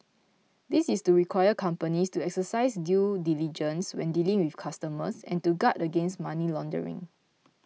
this is to require companies to exercise due diligence when dealing with customers and to guard against money laundering